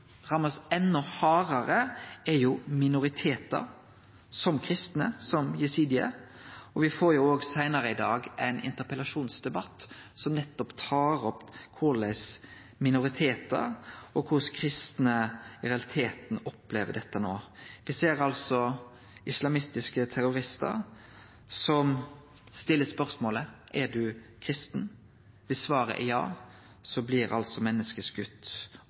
minoritetar som kristne og jesidiar. Me får òg seinare i dag ein interpellasjonsdebatt som tar opp nettopp korleis minoritetar og kristne i realiteten opplever dette no. Me ser islamistiske terroristar som stiller spørsmålet: Er du kristen? Dersom svaret er ja, blir altså